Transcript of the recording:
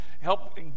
help